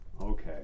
Okay